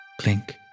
clink